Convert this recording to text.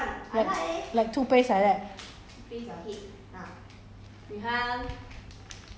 no 好像 Colgate 是吗 like toothpaste like that